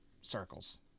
circles